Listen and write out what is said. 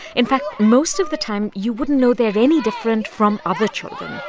in fact, most of the time, you wouldn't know they're any different from other children,